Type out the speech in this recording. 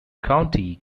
county